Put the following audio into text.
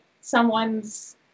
someone's